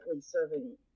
serving